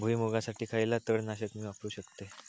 भुईमुगासाठी खयला तण नाशक मी वापरू शकतय?